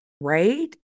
Right